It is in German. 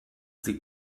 sie